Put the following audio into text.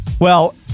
Well-